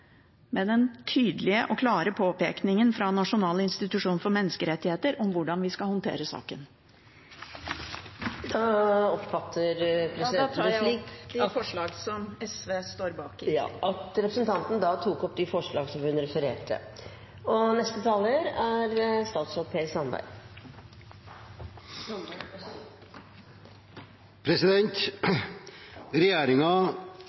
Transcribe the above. med den tydelige og klare påpekningen fra Norges nasjonale institusjon for menneskerettigheter om hvordan vi skal håndtere saken. Da tar jeg opp de forslagene som SV står bak. Representanten Karin Andersen har tatt opp de forslagene hun refererte